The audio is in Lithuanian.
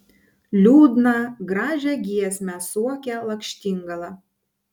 liūdną gražią giesmę suokė lakštingala